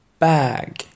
bag